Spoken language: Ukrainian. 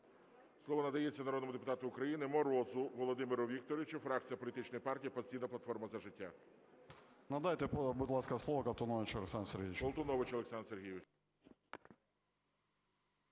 Слово надається народному депутату України Морозу Володимиру Вікторовичу, фракція політичної партії "Опозиційна платформа – За життя". 11:21:39 МОРОЗ В.В. Надайте, будь ласка, слово Колтуновичу Олександру Сергійовичу.